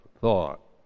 thought